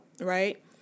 right